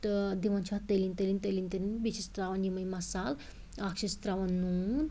تہٕ دِوان چھِ اتھ تٔلِنۍ تٔلِنۍ تٔلِنۍ تٔلِنۍ بیٚیہِ چھِس ترٛاوان یمٔے مَصالہٕ اکھ چھِس ترٛاوان نوٗن